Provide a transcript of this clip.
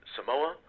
Samoa